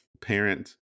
parent